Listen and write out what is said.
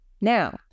Now